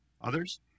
Others